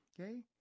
okay